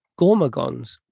gormagons